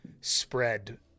spread